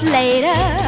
later